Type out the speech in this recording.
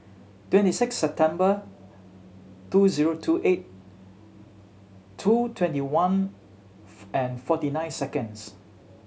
twenty six September two zero two eight two twenty one and forty nine seconds